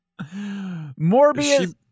Morbius